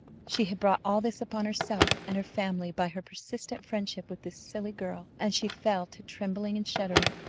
she had brought all this upon herself and her family by her persistent friendship with this silly girl! and she fell to trembling and shuddering,